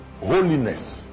holiness